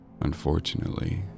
Unfortunately